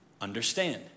Understand